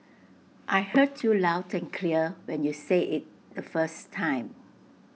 I heard you loud and clear when you said IT the first time